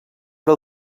del